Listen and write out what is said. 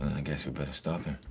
i guess we better stop it.